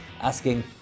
asking